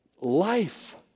life